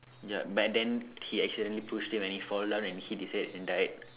ya but then he accidentally pushed him and he fall down and he decided to die